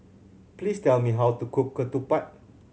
please tell me how to cook ketupat